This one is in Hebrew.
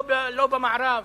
לא במערב.